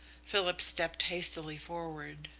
philip stepped hastily forward.